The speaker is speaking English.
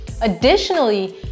Additionally